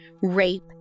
rape